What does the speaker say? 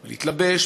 להתלבש,